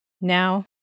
Now